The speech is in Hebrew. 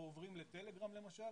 או עוברים לטלגרם למשל.